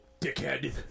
dickhead